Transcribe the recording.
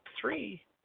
three